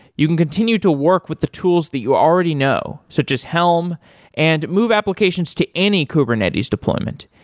you can continue to work with the tools that you already know, such as helm and move applications to any kubernetes deployment.